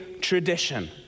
tradition